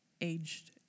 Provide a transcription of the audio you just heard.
aged